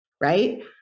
right